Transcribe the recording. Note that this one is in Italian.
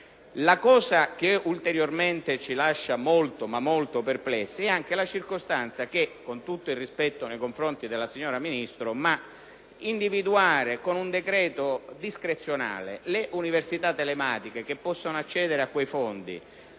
La cosa che ulteriormente ci lascia molto, ma molto perplessi è anche la circostanza che, con tutto il rispetto nei confronti della signora Ministro, si prevede di individuare con un decreto discrezionale le università telematiche che possono accedere a quei fondi